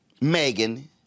Megan